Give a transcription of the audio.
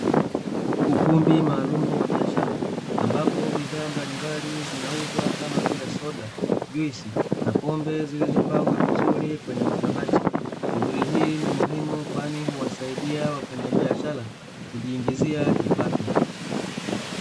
Ukumbi maalumu wa biashara ambapo bidhaa mbalimbali, zinauzwa kama vile soda juisi na pombe, zilizopangwa vizuri kwenye makabati, shughuli ni muhimu kwani huwasaidia wafanya biashara kujiingizia kipato.